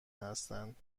هستند